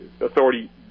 authority